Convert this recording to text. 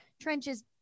trenches